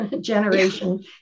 generation